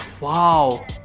Wow